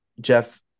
Jeff